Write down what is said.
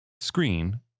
screen